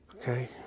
Okay